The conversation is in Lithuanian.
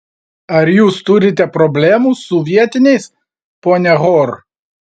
ar jūs turite problemų su vietiniais ponia hor